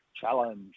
challenge